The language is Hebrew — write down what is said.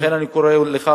לכן אני קורא לך,